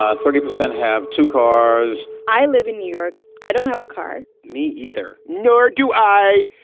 ah thirty percent have two cars i live in new york. i don't have a car. me either. nor do i.